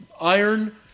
iron